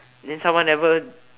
then someone never